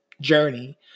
journey